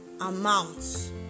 amounts